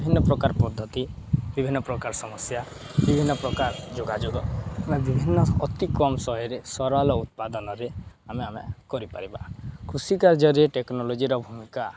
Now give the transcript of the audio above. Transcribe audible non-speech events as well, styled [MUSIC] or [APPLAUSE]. ବିଭିନ୍ନ ପ୍ରକାର ପଦ୍ଧତି ବିଭିନ୍ନ ପ୍ରକାର ସମସ୍ୟା ବିଭିନ୍ନ ପ୍ରକାର ଯୋଗାଯୋଗ ଆମେ ବିଭିନ୍ନ ଅତି କମ୍ [UNINTELLIGIBLE] ସମୟରେ ସରଳ ଉତ୍ପାଦନରେ ଆମେ ଆମେ କରିପାରିବା କୃଷି କାର୍ଯ୍ୟରେ ଟେକ୍ନୋଲୋଜିର ଭୂମିକା